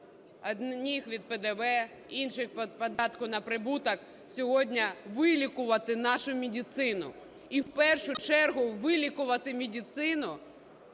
одних від ПДВ, інших від податку на прибуток, сьогодні "вилікувати" нашу медицину, і в першу чергу "вилікувати" медицину